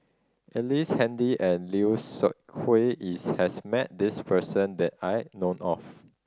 Ellice Handy and Lim Seok Hui is has met this person that I know of